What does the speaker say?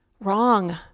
wrong